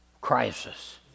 crisis